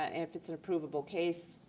ah if it's an approvable case,